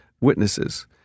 witnesses